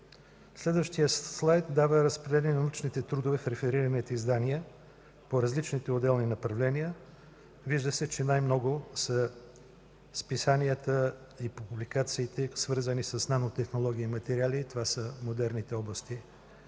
Следващият слайд дава разпределение на научните трудове в реферираните издания по различните отделни направления. Вижда се, че най-много са списанията и публикациите, свързани с нанотехнологии и материали. Това са модерните области